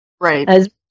Right